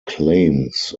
claims